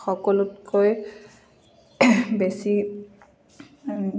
সকলোতকৈ বেছি